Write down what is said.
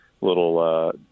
little